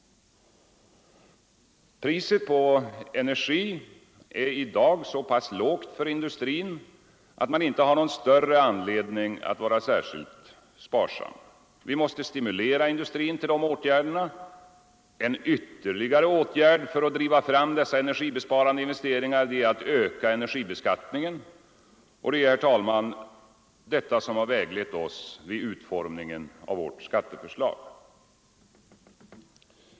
Priset på energi i dag är så pass lågt för industrin att man inte har någon större anledning att vara särskilt sparsam. Vi måste stimulera industrin till dessa åtgärder. En ytterligare åtgärd för att driva fram dessa energibesparande investeringar är att öka energibeskattningen. Detta har väglett oss vid utformningen av vårt skatteförslag.